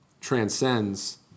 transcends